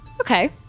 Okay